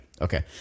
Okay